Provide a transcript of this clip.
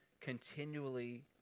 continually